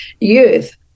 youth